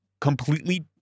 completely